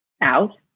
out